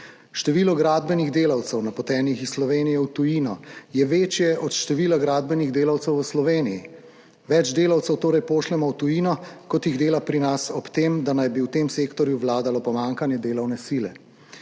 Število gradbenih delavcev, napotenih iz Slovenije v tujino, je večje od števila gradbenih delavcev v Sloveniji. Več delavcev torej pošljemo v tujino, kot jih dela pri nas, ob tem, da naj bi v tem sektorju vladalo pomanjkanje delovne sile.